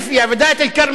אל השכונה הזאת,